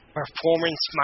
performance